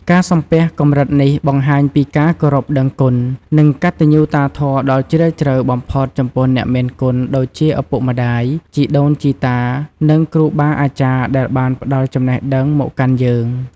ការសំពះកម្រិតនេះបង្ហាញពីការគោរពដឹងគុណ និងកតញ្ញូតាធម៌ដ៏ជ្រាលជ្រៅបំផុតចំពោះអ្នកមានគុណដូចជាឪពុកម្តាយ ជីដូនជីតា និងគ្រូបាអាចារ្យដែលបានផ្តល់ចំណេះដឹងមកកាន់យើង។